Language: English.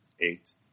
eight